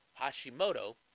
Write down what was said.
Hashimoto